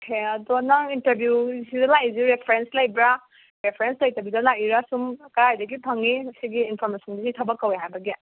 okay ꯑꯗꯣ ꯅꯪ interview ꯁꯤꯗꯥ ꯂꯥꯛꯏꯁꯦ ꯔꯦꯐ꯭ꯔꯦꯟꯁ ꯂꯩꯕ꯭ꯔ ꯔꯦꯐ꯭ꯔꯦꯟꯁ ꯂꯩꯇꯕꯤꯗ ꯂꯥꯛꯏꯔ ꯁꯨꯝ ꯀꯗꯥꯏꯗꯒꯤ ꯐꯪꯏ ꯃꯁꯤꯒꯤ ꯏꯟꯐꯣꯔꯃꯦꯁꯟꯁꯤꯒꯤ ꯊꯕꯛ ꯀꯧꯋꯦ ꯍꯥꯏꯕꯁꯤꯒꯤ